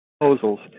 proposals